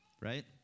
right